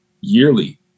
yearly